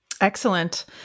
Excellent